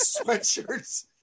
sweatshirts